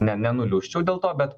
ne nenuliūsčiau dėl to bet